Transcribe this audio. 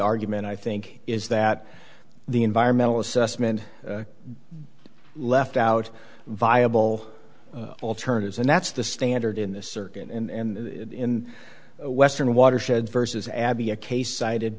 argument i think is that the environmental assessment be left out viable alternatives and that's the standard in this circuit and in a western watershed versus abbey a case cited